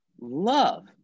love